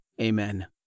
Amen